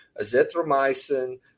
azithromycin